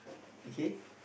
okay